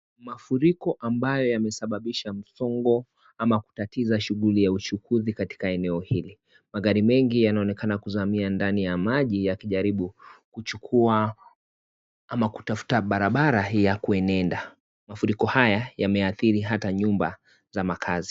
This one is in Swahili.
Mafuriko ambayo yamesababisha msongo ama kutatiza shughuli ya uchukuzi katika eneo hili. Magari mengi yanaonekana kuzamia ndani ya maji yakijaribu kuchukua ama kutafuta barabara hii ya kuenenda. Mafuriko haya yameathiri hata nyumba za makazi.